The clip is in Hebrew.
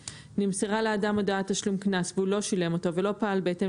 נמסרה לאדם הודעת תשלום קנס והוא לא שילם אותו ולא פעל בהתאם